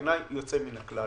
בעיניי יוצא מן הכלל.